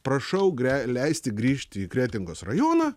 prašau gre leisti grįžti į kretingos rajoną